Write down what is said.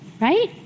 right